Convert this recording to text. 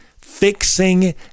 fixing